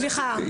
סליחה,